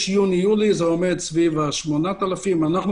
יוני-יולי זה עומד על 8,000. הבוקר אנחנו